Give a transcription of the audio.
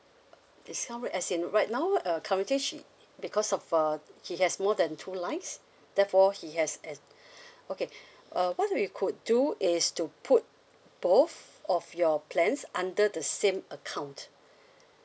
uh discount rate as in right now uh currently she because of uh he has more than two lines therefore he has as~ okay uh what we could do is to put both of your plans under the same account